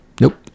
Nope